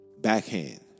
backhand